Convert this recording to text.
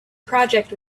project